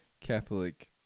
Catholic